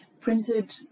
printed